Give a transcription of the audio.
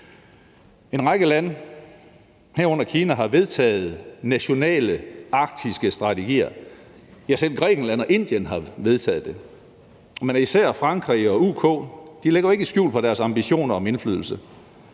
En række lande, herunder Kina, har vedtaget nationale arktiske strategier – ja, selv Grækenland og Indien har vedtaget nogle. Men især Frankrig og UK lægger jo ikke skjul på deres ambitioner om indflydelse.